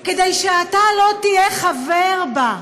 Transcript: כדי שאתה לא תהיה חבר בה,